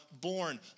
born